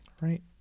Right